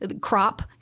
crop